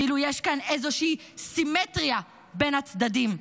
כאילו יש כאן איזושהי סימטריה בין הצדדים.